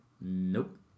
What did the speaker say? Nope